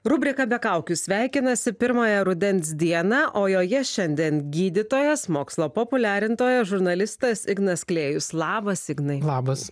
rubrika be kaukių sveikinasi pirmąją rudens dieną o joje šiandien gydytojas mokslo populiarintoja žurnalistas ignas klėjus labas ignai labas